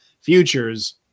futures